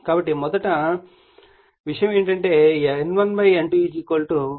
కాబట్టి మొదటి విషయం ఏమిటంటే N1 N2 10 1 101 10